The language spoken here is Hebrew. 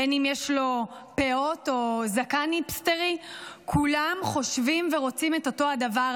בין שיש לו פאות או זקן היפסטרי ,כולם חושבים ורוצים את אותו הדבר.